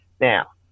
Now